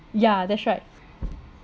ya that's right